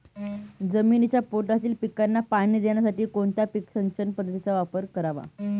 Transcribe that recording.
जमिनीच्या पोटातील पिकांना पाणी देण्यासाठी कोणत्या सिंचन पद्धतीचा वापर करावा?